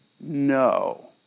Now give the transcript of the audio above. no